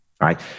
right